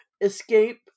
escape